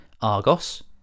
Argos